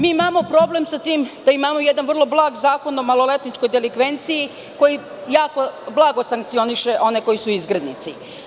Mi imamo problem sa tim da imamo jedan vrlo blag Zakon o maloletničkoj delikvenciji, koji jako blago sankcioniše one koji su izgrednici.